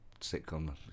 sitcom